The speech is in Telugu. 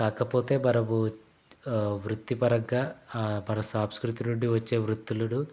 కాకపోతే మనము వృత్తిపరంగా మన సంస్కృతి నుండి వచ్చే వృత్తులను